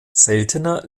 seltener